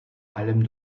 allem